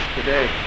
today